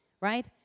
right